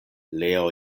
leo